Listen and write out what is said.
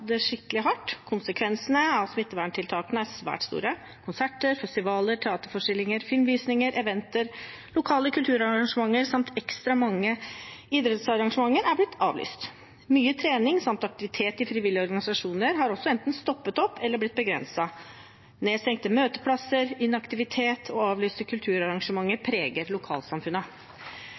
det skikkelig hardt. Konsekvensene av smitteverntiltakene er svært store. Konserter, festivaler, teaterforestillinger, filmvisninger, eventer, lokale kulturarrangementer samt ekstra mange idrettsarrangementer er blitt avlyst. Mye trening samt aktivitet i frivillige organisasjoner har også enten stoppet opp eller blitt begrenset. Nedstengte møteplasser, inaktivitet og avlyste